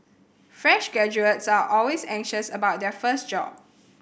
fresh graduates are always anxious about their first job